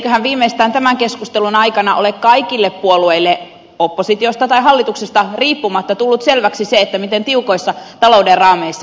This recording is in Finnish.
eiköhän viimeistään tämän keskustelun aikana ole kaikille puolueille oppositiosta tai hallituksesta riippumatta tullut selväksi se miten tiukoissa talouden raameissa elämme